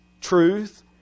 truth